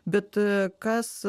bet kas